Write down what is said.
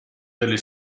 delle